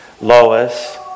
Lois